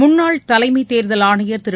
முள்னாள் தலைமை தேர்தல் ஆணையர் திரு